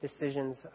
decisions